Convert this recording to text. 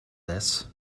this